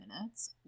minutes